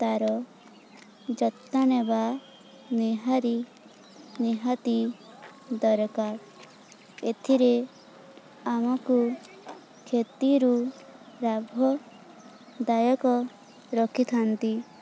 ତା'ର ଯତ୍ନ ନେବା ନିହାରି ନିହାତି ଦରକାର ଏଥିରେ ଆମକୁ କ୍ଷତିରୁ ଲାଭଦାୟକ ରଖିଥାନ୍ତି